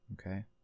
Okay